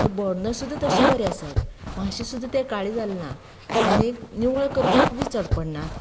तो बर्नर सुद्दां तशें बरें आसात मात्शे सुद्दां ते काळें जालेना आनीक निवळ करपाक बी चड पडनात